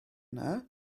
yna